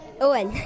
Owen